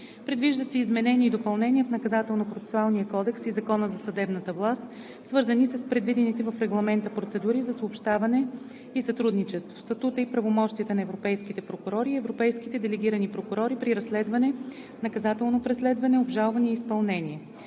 Предвиждат се изменения и допълнения в Наказателно процесуалния кодекс и Закона за съдебната власт, свързани с предвидените в регламента процедури за съобщаване и сътрудничество, статута и правомощията на европейските прокурори и европейските делегирани прокурори при разследване, наказателно преследване, обжалване и изпълнение.